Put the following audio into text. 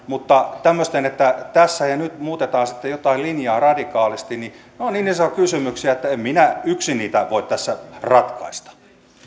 mutta tämmöiset että tässä ja nyt muutetaan jotain linjaa radikaalisti ovat niin isoja kysymyksiä että en minä yksin niitä voi tässä ratkaista